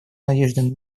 надежды